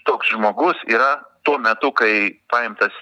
toks žmogus yra tuo metu kai paimtas